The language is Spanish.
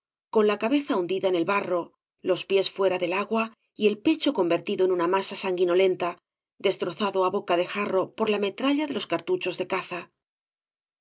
con la cabeza hundida en el barro los pies fuera del agua y el pecho convertido en una masa sanguinolenta destrozado á boca de jarro por la metralla de los cartuchos de caza